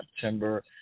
September